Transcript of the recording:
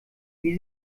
wie